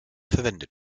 verwendet